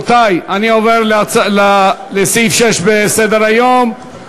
אני עובר לסעיף 6 בסדר-היום,